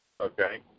Okay